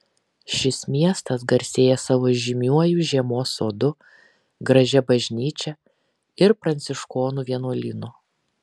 šis miestas garsėja savo žymiuoju žiemos sodu gražia bažnyčia ir pranciškonų vienuolynu